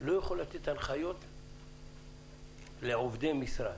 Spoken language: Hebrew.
לא יכול לתת הנחיות לעובדי משרד.